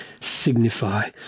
signify